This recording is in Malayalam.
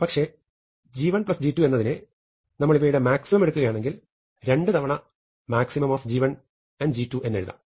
പക്ഷെ g1 g2 എന്നതിനെ നമ്മൾ ഇവയുടെ മാക്സിമം എടുക്കുകയാണെങ്കിൽ 2 തവണ maxg1g2 എന്നെഴുതാം